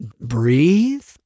breathe